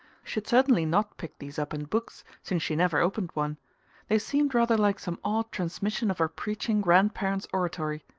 she had certainly not picked these up in books, since she never opened one they seemed rather like some odd transmission of her preaching grandparent's oratory.